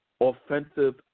offensive